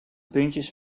puntjes